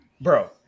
bro